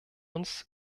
uns